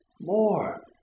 more